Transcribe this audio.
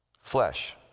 flesh